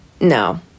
No